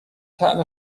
طعم